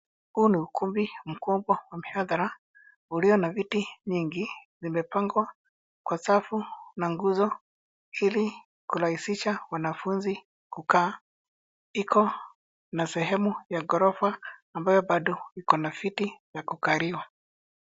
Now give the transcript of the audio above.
Huu ni ukumbi mkubwa wa mihadhara uliyo na viti nyingi, vimepangwa kwa safu na nguzo ili kurahisisha wanafunzi kukaa. Iko na sehemu ya ghorofa ambayo bado iko na viti vya kukaliwa.